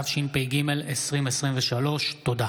התשפ"ג 2023. תודה.